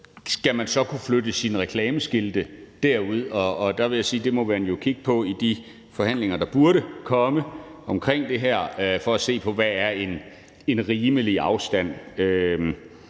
skal man så kunne flytte sine reklameskilte derud? Og der vil jeg sige, at det må man jo kigge på i de forhandlinger, der burde komme, omkring det her for at se på, hvad der er en rimelig afstand.